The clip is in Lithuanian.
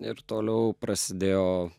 ir toliau prasidėjo